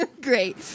great